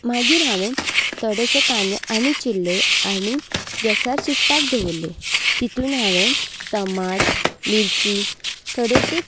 मगीर हांवें थोडेशे कांदे आनी चिरले आनी गॅसार शिजोवपाक दवरले तातूंत हांवें टमाट मिर्ची थोडेशें